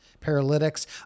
paralytics